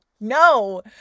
no